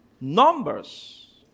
Numbers